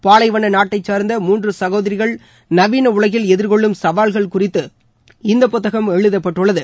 பாலைவன நாட்டைச் சார்ந்த மூன்று சகோதரிகள் நவீன உலகில் எதிர்கொள்ளும் சவால்கள் குறித்து இந்தப் புத்தகம் எழுதப்பட்டுள்ளது